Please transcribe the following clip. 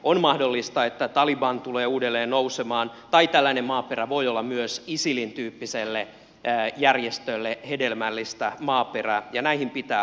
on mahdollista että taliban tulee uudelleen nousemaan tai tällainen maaperä voi olla myös isilin tyyppiselle järjestölle hedelmällistä maaperää ja näihin pitää varautua